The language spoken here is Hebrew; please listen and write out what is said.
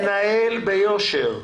תקשיב, אני מנהל ביושר.